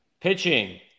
Pitching